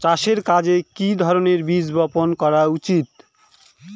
চাষের কাজে কি ধরনের বীজ বপন করা উচিৎ?